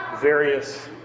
various